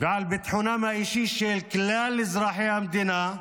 ועל ביטחונם האישי של כלל אזרחי המדינה,